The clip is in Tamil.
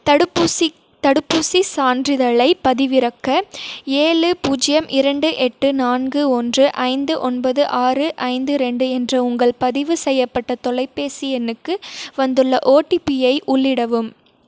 தடுப்பூசி தடுப்பூசி சான்றிதழைப் பதிவிறக்க ஏழு பூஜ்ஜியம் இரண்டு எட்டு நான்கு ஒன்று ஐந்து ஒன்பது ஆறு ஐந்து ரெண்டு என்ற உங்கள் பதிவு செய்யப்பட்ட தொலைபேசி எண்ணுக்கு வந்துள்ள ஓடிபிஐ உள்ளிடவும்